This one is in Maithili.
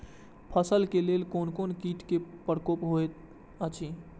फसल के लेल कोन कोन किट के प्रकोप होयत अछि?